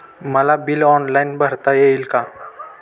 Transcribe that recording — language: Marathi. मला बिल ऑनलाईन भरता येईल का?